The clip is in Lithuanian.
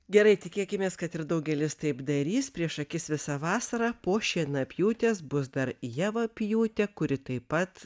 gerai tikėkimės kad ir daugelis taip darys prieš akis visą vasarą po šienapjūtės bus dar javapjūtė kuri taip pat